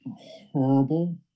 horrible